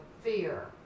fear